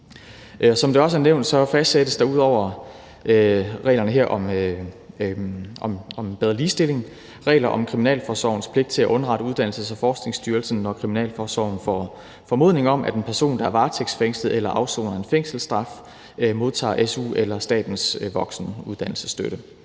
Som det også er nævnt, fastsættes der ud over reglerne her om bedre ligestilling regler om kriminalforsorgens pligt til at underrette Uddannelses- og Forskningsstyrelsen, når kriminalforsorgen får formodning om, at en person, der er varetægtsfængslet eller afsoner en fængselsstraf, modtager su eller statens voksenuddannelsesstøtte.